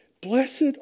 Blessed